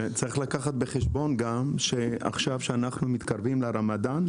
צריך לקחת בחשבון גם שעכשיו כשאנחנו מתקרבים לרמדאן,